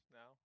now